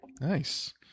Nice